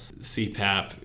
CPAP